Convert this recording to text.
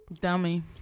dummy